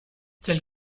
tels